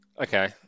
Okay